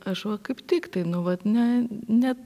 aš va kaip tiktai nu vat ne ne